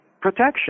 protection